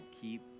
Keep